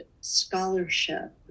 scholarship